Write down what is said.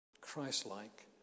Christ-like